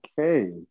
okay